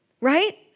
right